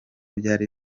byari